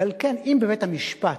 ועל כן, אם בבית-המשפט